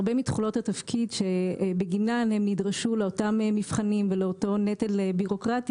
הרבה מתכולות התפקיד בגינן הם נדרשו לאותם מבחנים ולאותו נטל בירוקרטי